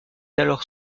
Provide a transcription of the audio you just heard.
alors